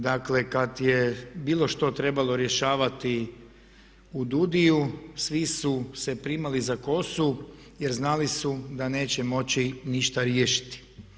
Dakle, kad je bilo što trebalo rješavati u DUUDI-u svi su se primali za kosu, jer znali su da neće moći ništa riješiti.